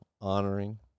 honoring